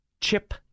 chip